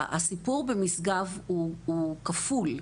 הסיפור במשגב הוא כפול,